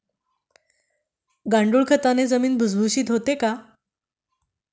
गांडूळ खताने जमीन भुसभुशीत होते का?